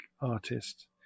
artist